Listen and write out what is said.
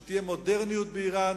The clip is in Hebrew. שתהיה מודרניות באירן.